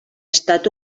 estat